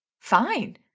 fine